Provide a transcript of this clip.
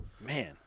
man